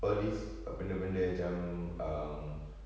all these benda benda yang macam um